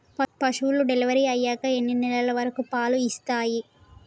పశువులు డెలివరీ అయ్యాక ఎన్ని నెలల వరకు పాలు ఇస్తాయి?